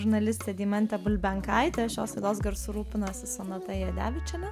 žurnalistė deimantė bulbenkaitė šios laidos garsu rūpinosi sonata jadevičienė